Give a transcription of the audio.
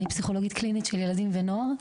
אני פסיכולוגית קלינית של ילדים ונוער,